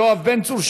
יואב בן צור,